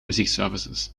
muziekservices